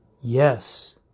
Yes